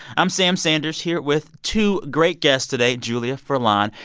i'm sam sanders here with two great guests today julia furlan,